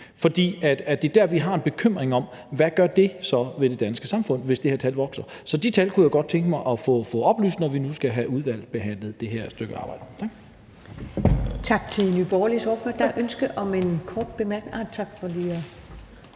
Det er der, vi har en bekymring, for hvad gør det så ved det danske samfund, hvis det her tal vokser? Så de tal kunne jeg godt tænke mig at få oplyst, når vi nu skal have udvalgsbehandlet det her stykke arbejde.